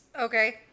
Okay